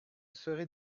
serait